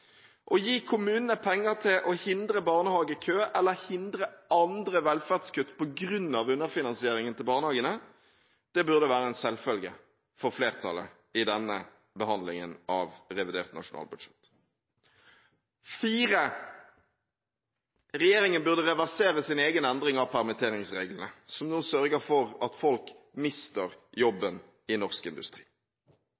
Å gi kommunene penger til å hindre barnehagekø – eller hindre andre velferdskutt på grunn av underfinansieringen av barnehagene – burde være en selvfølge for flertallet i denne behandlingen av revidert nasjonalbudsjett. Regjeringen burde reversere sin egen endring av permitteringsreglene, som nå sørger for at folk mister